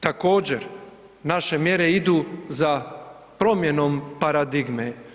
Također naše mjere idu za promjenom paradigme.